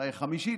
אולי חמישית,